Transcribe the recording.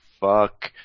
fuck